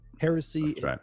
heresy